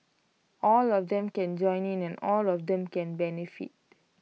all of them can join in and all of them can benefit